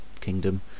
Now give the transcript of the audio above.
kingdom